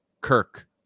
Kirk